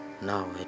now